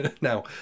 Now